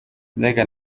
mbega